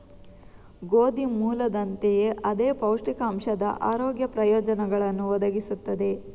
ಗೋಧಿ ಮೂಲದಂತೆಯೇ ಅದೇ ಪೌಷ್ಟಿಕಾಂಶದ ಆರೋಗ್ಯ ಪ್ರಯೋಜನಗಳನ್ನು ಒದಗಿಸುತ್ತದೆ